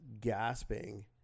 gasping